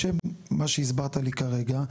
בשם מה שהסברת לי כרגע,